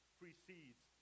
precedes